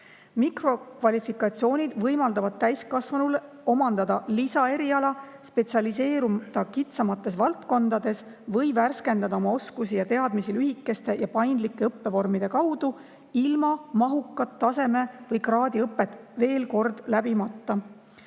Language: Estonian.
Mikrokvalifikatsioonid võimaldavad täiskasvanul omandada lisaeriala, spetsialiseeruda kitsamates valdkondades või värskendada oma oskusi ja teadmisi lühikeste ja paindlike õppevormide kaudu, ilma mahukat taseme‑ või kraadiõpet veel kord läbimata.